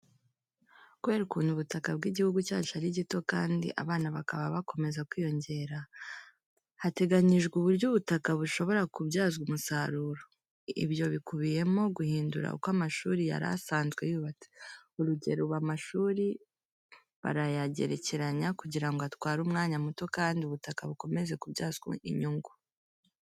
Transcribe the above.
Kubera ukuntu ubutaha bw'igihugu cyacu ari gito kandi abana bakaba bakomeza kwiyongera, hateganyijwe uburyo ubutaka bushobora kubyazwa umusaruro. Ibyo bikubiyemo guhindura uko amashuri yari asanzwe yubatse. Urugero, ubu amashuri barayagerekeranya kugira ngo atware umwanya muto kandi ubutaka bukomeze kubyazwa inyungu.